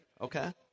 Okay